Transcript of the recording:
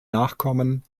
nachkommen